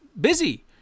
busy